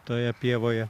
toje pievoje